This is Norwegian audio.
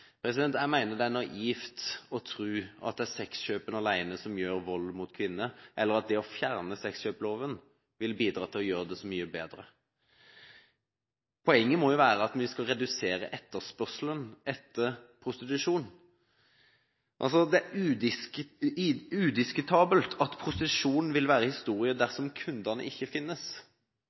fjernes. Jeg mener det er naivt å tro at det er sexkjøp alene som forårsaker vold mot kvinner, eller at det å fjerne sexkjøploven vil bidra til å gjøre det så mye bedre. Poenget må jo være at vi skal redusere etterspørselen etter prostitusjon. Det er udiskutabelt at prostitusjon vil være historie dersom kundene ikke finnes.